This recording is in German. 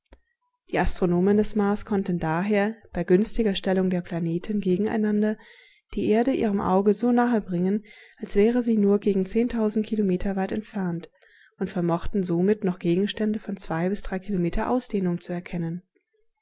die astronomen des mars konnten daher bei günstiger stellung der planeten gegeneinander die erde ihrem auge so nahe bringen als wäre sie nur gegen zehntausend kilometer weit entfernt und vermochten somit noch gegenstände von zwei bis drei kilometer ausdehnung zu erkennen